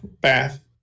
bath